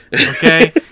okay